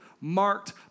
marked